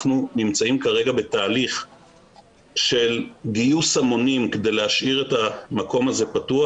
אנחנו נמצאים כרגע בתהליך של גיוס המונים כדי להשאיר את המקום הזה פתוח.